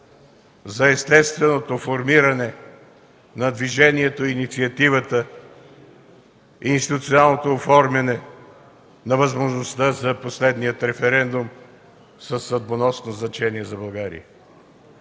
за естественото формиране на движението и инициативата, институционалното оформяне на възможността за последния референдум със съдбоносно значение за България.